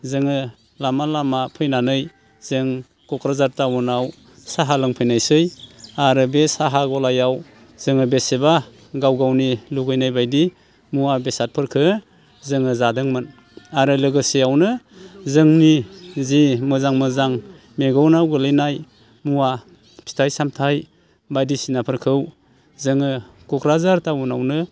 जोङो लामा लामा फैनानै जों क'क्राझार टाउनाव साहा लोंफैनायसै आरो बे साहा गलायाव जोङो बेसेबा गाव गावनि लुगैनायिबायदि मुवा बेसादफोरखो जोङो जादोंमोन आरो लोगोसेयावनो जोंनि जि मोजां मोजां मेगनाव गोलैनाय मुवा फिथाइ सामथाइ बायदिसिनाफोरखौ जोङो क'क्राझार टाउनावनो